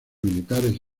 militares